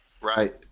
Right